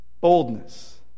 Boldness